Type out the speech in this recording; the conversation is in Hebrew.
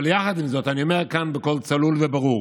אבל יחד עם זאת, אני אומר כאן בקול צלול וברור: